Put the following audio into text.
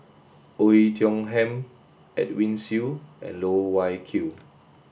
Oei Tiong Ham Edwin Siew and Loh Wai Kiew